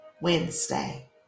Wednesday